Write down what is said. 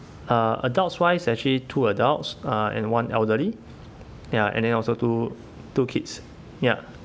uh adults-wise actually two adults uh and one elderly ya and then also two two kids ya